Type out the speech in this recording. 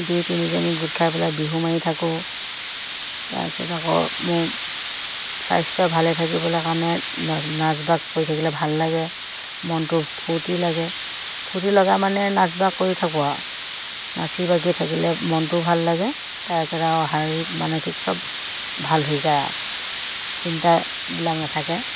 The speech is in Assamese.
দুই তিনিজনী গোট খাই পেলাই বিহু মাৰি থাকোঁ তাৰপিছত আকৌ মোৰ স্বাস্থ্য ভালে থাকিবলে কাৰণে নাচবাগ কৰি থাকিলে ভাল লাগে মনটো ফূৰ্তি লাগে ফূৰ্তি লগা মানে নাচবাগ কৰি থাকোঁ আৰু নাচি বাগি থাকিলে মনটো ভাল লাগে তাৰপিছত আৰু শাৰীৰিক মানসিক চব ভাল হৈ যায় আৰু চিন্তাবিলাক নাথাকে